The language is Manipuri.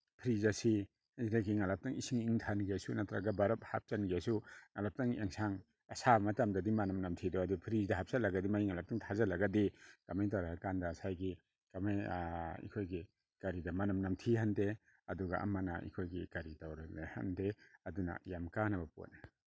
ꯐ꯭ꯔꯤꯖ ꯑꯁꯤ ꯑꯗꯒꯤ ꯉꯍꯥꯛꯇꯪ ꯏꯁꯤꯡ ꯏꯪꯊꯍꯟꯒꯦꯁꯨ ꯅꯠꯇ꯭ꯔꯒ ꯕꯔꯞ ꯍꯥꯞꯆꯟꯒꯦꯁꯨ ꯉꯍꯥꯛꯇꯪ ꯑꯦꯟꯁꯥꯡ ꯑꯁꯥꯕ ꯃꯇꯝꯗꯗꯤ ꯃꯅꯝ ꯅꯝꯊꯤꯗꯣ ꯑꯗꯨ ꯐ꯭ꯔꯤꯖꯇ ꯍꯥꯞꯆꯜꯂꯒꯗꯤ ꯃꯩꯗ ꯉꯍꯥꯛꯇꯪ ꯊꯥꯖꯜꯂꯒꯗꯤ ꯀꯃꯥꯏ ꯇꯧꯔꯦ ꯍꯥꯏ ꯀꯥꯟꯗ ꯉꯁꯥꯏꯒꯤ ꯀꯃꯥꯏ ꯑꯩꯈꯣꯏꯒꯤ ꯀꯔꯤꯒ ꯃꯅꯝ ꯅꯝꯊꯤꯍꯟꯗꯦ ꯑꯗꯨꯒ ꯑꯃꯅ ꯑꯩꯈꯣꯏꯒꯤ ꯀꯔꯤ ꯇꯧꯔꯛꯍꯟꯗꯦ ꯑꯗꯨꯅ ꯌꯥꯝ ꯀꯥꯅꯕ ꯄꯣꯠꯅꯤ